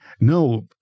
no